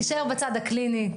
תישאר בצד הקליני.